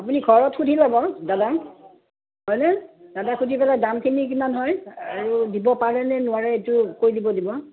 আপুনি ঘৰত সুধি ল'ব দাদাক হয়নে দাদা সুধি পেলাই দামখিনি কিমান হয় আৰু দিব পাৰেনে নোৱাৰে এইটো কৈ দিব দিব